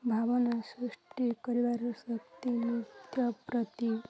ଭାବନା ସୃଷ୍ଟି କରିବାର ଶକ୍ତି ନୃତ୍ୟ ପ୍ରତି